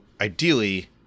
ideally